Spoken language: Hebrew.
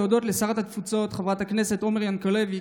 ברצוני להודות לשרת התפוצות חברת הכנסת עומר ינקלביץ',